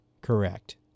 correct